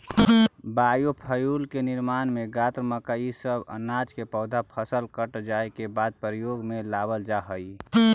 biofuel के निर्माण में गन्ना, मक्का इ सब अनाज के पौधा फसल कट जाए के बाद प्रयोग में लावल जा हई